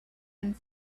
and